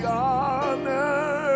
honor